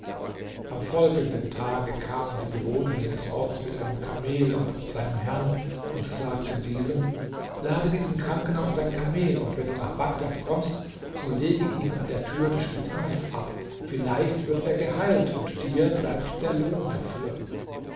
am folgenden tage kamen die bewohner jenes orts mit einem kamel und seinem herrn und sagten diesem lade diesen kranken auf dein kamel und wenn du nach bagdad kommst so lege ihn an der tür des spitals ab vielleicht wird er geheilt und dir bleibt der lohn dafür